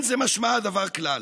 אין זה משמע הדבר כלל.